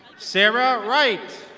sara right.